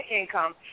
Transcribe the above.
income